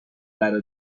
برادر